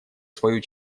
свою